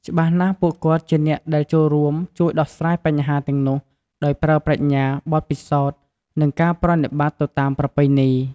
ច្បាស់ណាស់ ពួកគាត់ជាអ្នកដែលចូលរួម ជួយដោះស្រាយបញ្ហាទាំងនោះដោយប្រើប្រាជ្ញា បទពិសោធន៍ និងការប្រណិប័តន៍ទៅតាមប្រពៃណី។